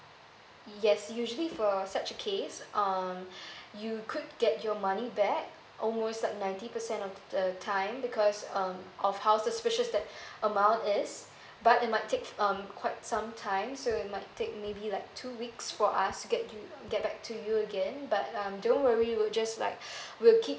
yes usually for such a case um you could get your money back almost like ninety percent of t~ the time because um of how suspicious that amount is but it might take um quite some time so it might take maybe like two weeks for us to get you get back to you again but um don't worry we'll just like we'll keep